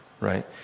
right